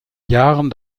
jahren